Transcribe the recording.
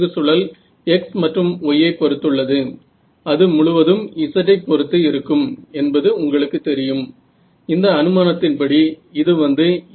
real time microwave imaging